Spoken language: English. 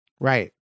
Right